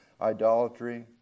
idolatry